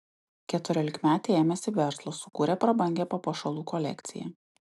keturiolikmetė ėmėsi verslo sukūrė prabangią papuošalų kolekciją